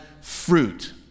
fruit